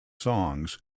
songs